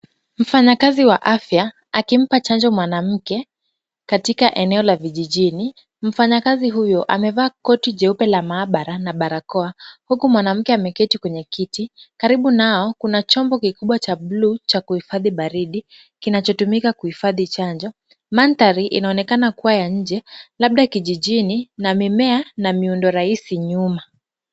Mfanyakazi wa afya akimpa chanjo mwanamke katika eneo la vijijini. Mfanyakazi huyo amevaa koti jeupe la maabara na barakoa huku mwanamke ameketi kwenye kiti. Karibu nao kuna chombo kikubwa cha bluu cha kuhifadhi baridi kinachotumika kuhifadhi chanjo. Mandhari inaonekana kuwa ya nje labda kijijini na mimea na miundo rahisi nyuma.